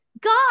God